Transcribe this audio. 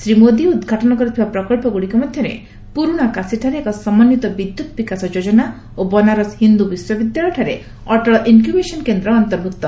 ଶ୍ରୀ ମୋଦି ଉଦ୍ଘାଟନ କରିଥିବା ପ୍ରକଳ୍ପ ଗୁଡ଼ିକ ମଧ୍ୟରେ ପୁରୁଣା କାଶୀଠାରେ ଏକ ସମନ୍ୱିତ ବିଦ୍ୟତ୍ ବିକାଶ ଯୋଜନା ଓ ବନାରସ ହିନ୍ଦୂ ବିଶ୍ୱବିଦ୍ୟାଳୟଠାରେ ଅଟଳ ଇନ୍କ୍ର୍ୟବେସନ କେନ୍ଦ୍ର ଅର୍ନ୍ତଭକ୍ତ